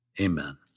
Amen